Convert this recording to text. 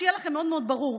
שיהיה לכם מאוד מאוד ברור,